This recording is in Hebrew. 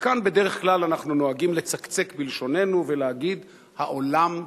וכאן בדרך כלל אנחנו נוהגים לצקצק בלשוננו ולהגיד: העולם שותק.